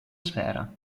sfera